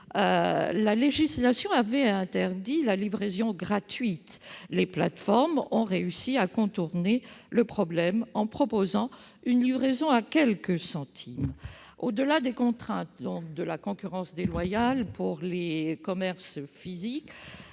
la législation avait interdit la livraison gratuite, les plateformes ont réussi à la contourner en proposant une livraison à quelques centimes. Au-delà des contraintes de concurrence déloyale pour les commerces physiques,